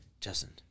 Justin